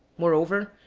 moreover,